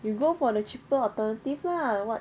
you go for the cheaper alternative lah what